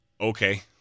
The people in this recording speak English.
Okay